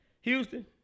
Houston